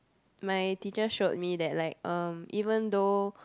my teacher showed me that like um even though